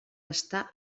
estar